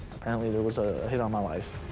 apparently there was a hit on my life.